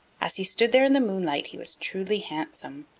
as he stood there in the moonlight he was truly handsome.